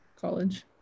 college